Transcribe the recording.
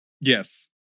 Yes